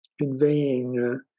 conveying